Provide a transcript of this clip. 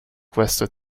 questo